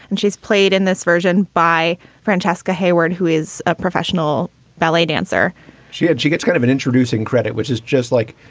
and she's played in this version by francesca heyward, who is a professional ballet dancer she had. she gets kind of in introducing credit, which is just like,